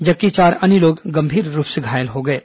जबकि चार अन्य लोग गंभीर रूप से घायल हो गए हैं